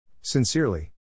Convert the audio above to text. Sincerely